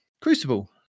Crucible